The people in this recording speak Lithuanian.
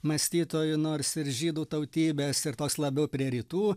mąstytoju nors ir žydų tautybės ir toks labiau prie rytų